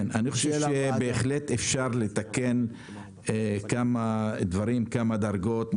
אני חושב שבהחלט אפשר לתקן כמה דברים, כמה דרגות.